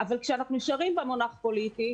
אבל כשאנחנו נשארים עם המונח "פוליטי"